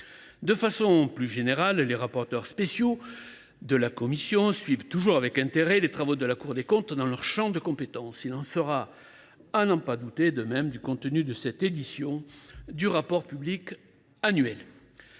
De façon plus générale, les rapporteurs spéciaux de la commission suivent toujours avec intérêt les travaux de la Cour de comptes dans leurs champs de compétences. Il en sera de même, à n’en pas douter, du contenu de cette édition du rapport public annuel.